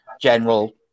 general